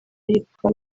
yitwa